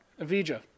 Avija